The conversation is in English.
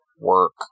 work